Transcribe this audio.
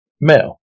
male